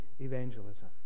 evangelism